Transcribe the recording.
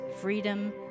freedom